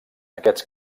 aquests